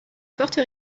forte